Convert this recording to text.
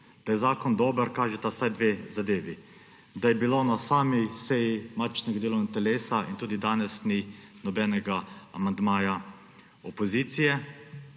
Da je zakon dober, kažeta vsaj dve zadevi. Da ni bilo na sami seji matičnega delovnega telesa in tudi danes ni nobenega amandmaja opozicije.